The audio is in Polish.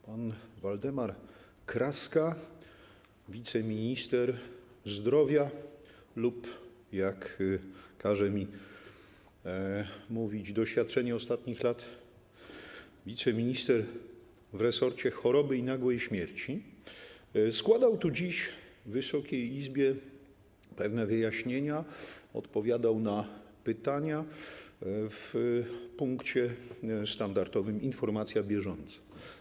Pan Waldemar Kraska - wiceminister zdrowia lub, jak każe mi mówić doświadczenie ostatnich lat, wiceminister w resorcie choroby i nagłej śmierci składał tu dziś Wysokiej Izbie pewne wyjaśnienia, odpowiadał na pytania w ramach standardowego punktu: Informacja bieżąca.